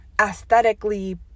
aesthetically